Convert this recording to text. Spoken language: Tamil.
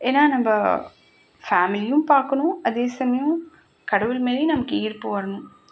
ஏன்னால் நம்ம ஃபேமிலியும் பார்க்கணும் அதே சமயம் கடவுள் மேலேயும் நமக்கு ஈர்ப்பு வரணும்